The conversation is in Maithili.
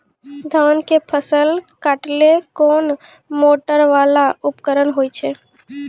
धान के फसल काटैले कोन मोटरवाला उपकरण होय छै?